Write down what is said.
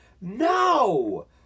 No